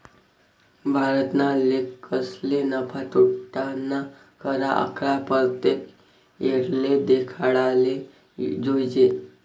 भारतना लेखकसले नफा, तोटाना खरा आकडा परतेक येळले देखाडाले जोयजे